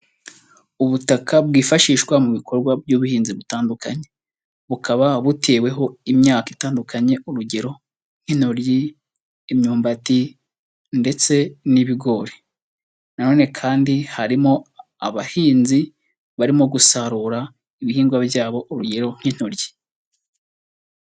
Ubutaka bwifashishwa mu bikorwa by'ubuhinzi bitandukanye. Bukaba buteweho imyaka itandukanye, urugero nk'intoryi, imyumbati ndetse n'ibigori. Na none kandi harimo abahinzi barimo gusarura ibihingwa byabo, urugero nk'intoryi.